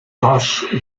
roche